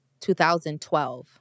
2012